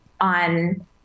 on